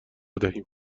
دهیم